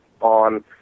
on